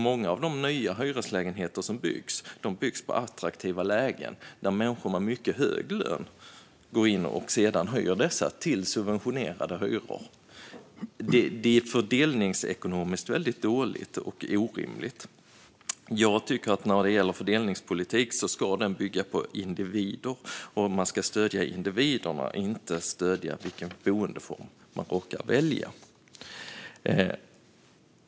Många av de nya hyreslägenheterna byggs i attraktiva lägen och hyrs av människor med mycket hög lön till subventionerade hyror. Det är fördelningsekonomiskt väldigt dåligt och orimligt. Jag tycker att fördelningspolitik ska bygga på individer. Man ska stödja individerna oavsett vilken boendeform de råkar välja.